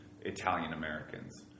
Italian-Americans